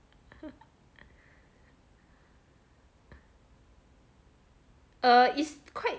err is quite